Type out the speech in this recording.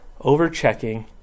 over-checking